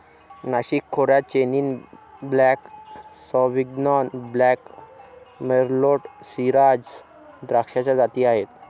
नाशिक खोऱ्यात chenin blanc, sauvignon blanc, merlot, shiraz द्राक्षाच्या जाती आहेत